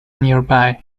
nearby